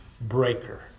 breaker